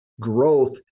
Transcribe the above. growth